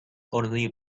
only